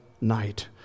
night